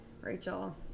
Rachel